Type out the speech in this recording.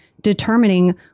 determining